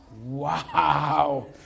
Wow